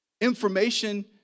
information